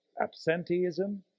absenteeism